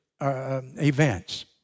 events